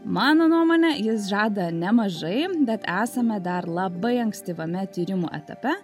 mano nuomone jis žada nemažai bet esame dar labai ankstyvame tyrimų etape